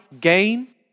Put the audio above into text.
gain